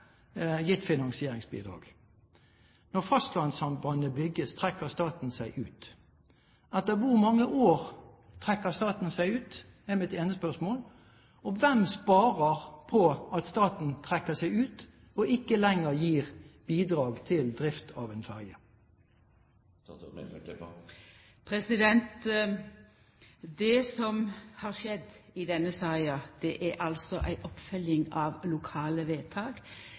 Når fastlandssambandet bygges, trekker staten seg ut. Etter hvor mange år trekker staten seg ut, er mitt ene spørsmål, og hvem sparer på at staten trekker seg ut og ikke lenger gir bidrag til drift av en ferge? Det som har skjedd i denne saka, er altså ei oppfølging av lokale vedtak.